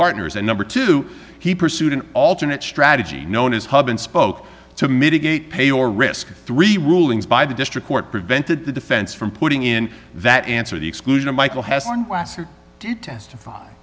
partners and number two he pursued an alternate strategy known as hub and spoke to mitigate pay or risk three rulings by the district court prevented the defense from putting in that answer the exclusion of michael h